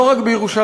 לא רק בירושלים,